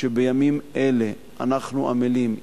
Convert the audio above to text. בימים אלה אנחנו עמלים,